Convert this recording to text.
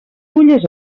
fulles